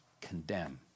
condemn